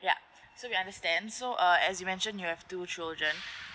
ya so we understand so uh as you mentioned you have two children